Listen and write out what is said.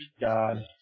God